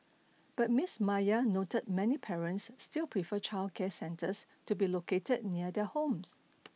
but Miss Maya noted many parents still prefer childcare centres to be located near their homes